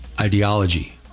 ideology